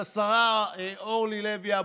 לשרה אורלי לוי אבקסיס,